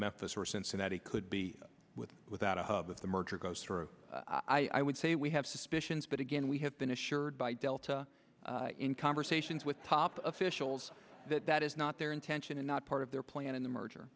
methods were cincinnati could be with without a hub the merger goes through i would say we have suspicions but again we have been assured by delta in conversations with top officials that that is not their intention and not part of their plan in the merger